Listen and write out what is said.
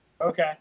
Okay